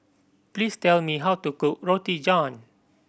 please tell me how to cook Roti John